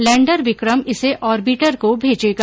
lander Vikram इसे orbiter को भेजेगा